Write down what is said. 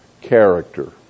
character